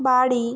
বাড়ি